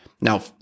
Now